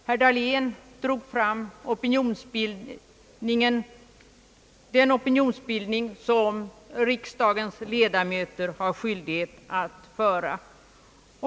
Herr Dahlén framhöll den opinionsbildning som riksdagens ledamöter har skyldighet att bedriva.